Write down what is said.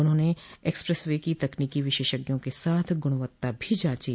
उन्होंने expressway की तकनीकी विशेषज्ञों के साथ गुणवत्ता भी जांची